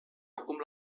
acum